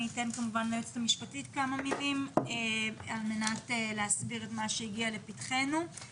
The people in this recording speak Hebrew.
אני אתן ן ליועצת המשפטית כמה מילים על מנת להסביר את מה שהגיע לפתחנו.